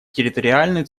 территориальную